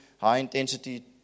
high-intensity